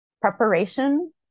preparation